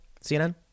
CNN